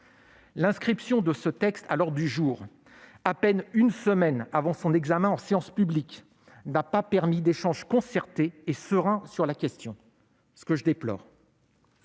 L'inscription de ce texte à l'ordre du jour, à peine une semaine avant son examen en séance publique, n'a pas permis d'échanges concertés et sereins sur la question, ce que je déplore.